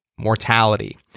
mortality